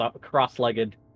cross-legged